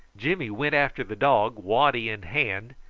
jimmy went after the dog, waddy in hand,